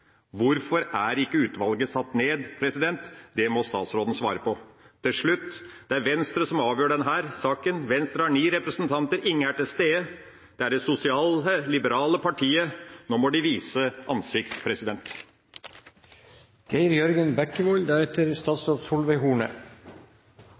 Hvorfor er ikke utvalget satt ned? Det må statsråden svare på. Til slutt: Det er Venstre som avgjør denne saken. Venstre har ni representanter – ingen er til stede. Det er det sosialliberale partiet. Nå må de vise ansikt.